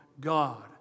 God